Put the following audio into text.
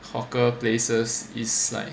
hawker places is like